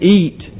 eat